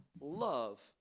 love